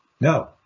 No